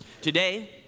today